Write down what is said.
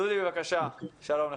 דודי בבקשה, שלום לך.